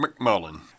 McMullen